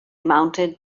mounted